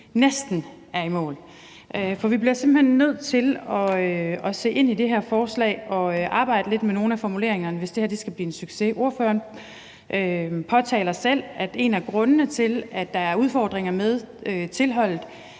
næsten er i mål. For vi bliver simpelt hen nødt til at kigge på det her forslag og arbejde lidt med nogle af formuleringerne, hvis det skal blive en succes. Ordføreren nævner selv, at en af grundene til, at der er udfordringer med tilholdet,